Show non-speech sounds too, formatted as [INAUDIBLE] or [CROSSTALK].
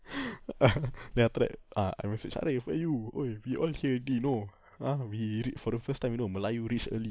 [LAUGHS] a'ah then after ah that I message arif eh where are you !oi! we all here already you know ah we re~ for the first time you know melayu reach early